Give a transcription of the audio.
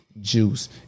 juice